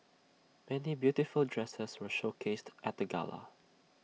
many beautiful dresses were showcased at the gala